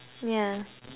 yeah